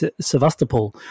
Sevastopol